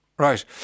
Right